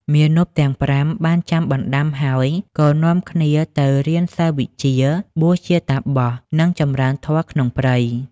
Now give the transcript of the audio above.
មាណពទាំង ៥ បានចាំបណ្ដាំហើយ ក៏នាំគ្នាទៅរៀនសិល្បវិជ្ជា បួសជាតាបស និងចម្រើនធម៌ក្នុងព្រៃ។